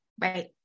right